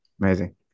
Amazing